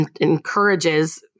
encourages